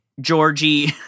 Georgie